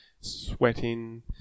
sweating